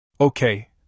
Okay